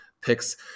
picks